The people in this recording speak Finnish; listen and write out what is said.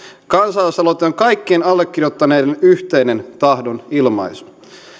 kansalaisaloite on kaikkien allekirjoittajien yhteinen tahdonilmaisu